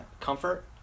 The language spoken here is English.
comfort